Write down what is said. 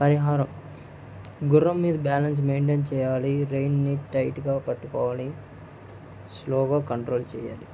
పరిహారం గుర్రం మీద బ్యాలెన్స్ మెయింటైన్ చెయ్యాలి రైన్ని టైట్గా పట్టుకోవాలి స్లోగా కంట్రోల్ చెయ్యాలి